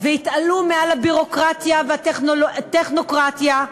והתעלו מעל הביורוקרטיה והטכנוקרטיה,